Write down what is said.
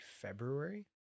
february